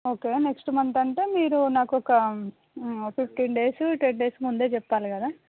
okay next మంతంటే మీరు నాకొక ఓ ఫిఫ్టీన్ డేసు టెన్ డేస్ ముందే చెప్పాలి కదా